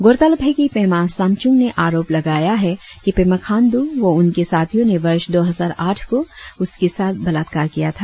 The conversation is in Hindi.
गौरतलब है कि पेमा सामचुंग ने आरोप लगाया है कि पेमा खांडू व उनके साथियों ने वर्ष दो हजार आठ को उसके साथ बलात्कार किया था